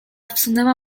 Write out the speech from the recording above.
wsunęła